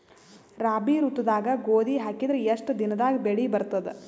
ರಾಬಿ ಋತುದಾಗ ಗೋಧಿ ಹಾಕಿದರ ಎಷ್ಟ ದಿನದಾಗ ಬೆಳಿ ಬರತದ?